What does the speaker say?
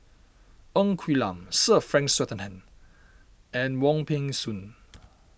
Ng Quee Lam Sir Frank Swettenham and Wong Peng Soon